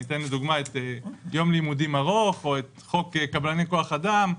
אני אתן לדוגמה את יום לימודים ארוך או את חוק קבלני כוח אדם,